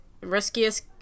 riskiest